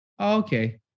okay